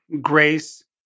Grace